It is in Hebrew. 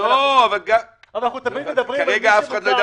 אבל אנחנו תמיד מדברים על מי שמוכר,